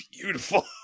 beautiful